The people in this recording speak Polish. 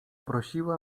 prosiła